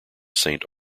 saint